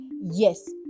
Yes